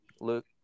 Luke